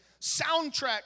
soundtrack